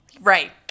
right